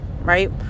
right